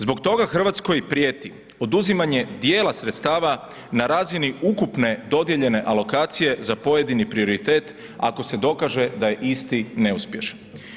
Zbog toga Hrvatskoj prijeti oduzimanje dijela sredstava na razini ukupne dodijeljene alokacije za pojedini prioritet ako se dokaže da je isti neuspješan.